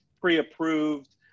pre-approved